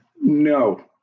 No